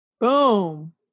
Boom